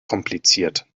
kompliziert